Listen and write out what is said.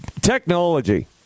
technology